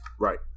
Right